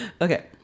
okay